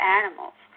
animals